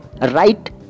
right